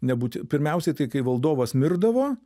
nebūti pirmiausiai tai kai valdovas mirdavo